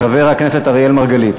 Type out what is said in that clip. חבר הכנסת אראל מרגלית.